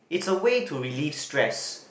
it's a way to relief stress